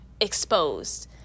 exposed